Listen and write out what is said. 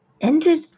ended